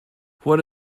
what